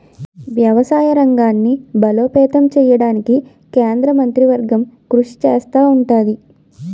వ్యవసాయ రంగాన్ని బలోపేతం చేయడానికి కేంద్ర మంత్రివర్గం కృషి చేస్తా ఉంటది